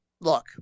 Look